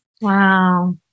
Wow